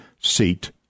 seat